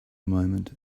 moment